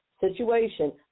situation